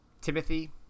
Timothy